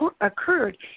occurred